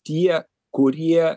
tie kurie